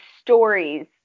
stories